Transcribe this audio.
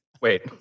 wait